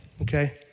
okay